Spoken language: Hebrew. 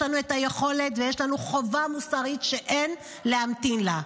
יש לנו את היכולת ויש לנו חובה מוסרית שאין להמתין איתה.